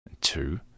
two